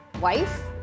wife